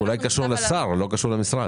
זה אולי קשור לשר, זה לא קשור למשרד.